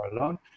alone